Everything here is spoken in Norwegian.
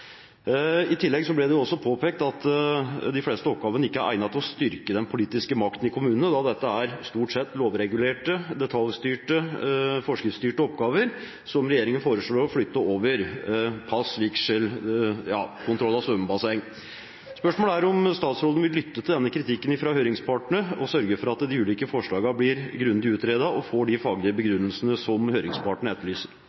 I tillegg ble det også påpekt at de fleste oppgavene ikke er egnet til å styrke den politiske makten i kommunene, da det stort sett er lovregulerte, detaljstyrte og forskriftsstyrte oppgaver som regjeringen foreslår å flytte over – pass, vigsel, kontroll av svømmebasseng. Spørsmålet er om statsråden vil lytte til denne kritikken fra høringspartene, og sørge for at de ulike forslagene blir grundig utredet og får de faglige begrunnelsene som høringspartene etterlyser.